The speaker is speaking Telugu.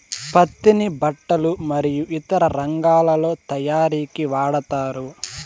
పత్తిని బట్టలు మరియు ఇతర రంగాలలో తయారీకి వాడతారు